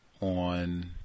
on